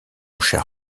cher